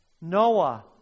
Noah